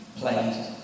played